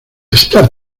estar